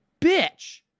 bitch